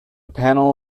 panel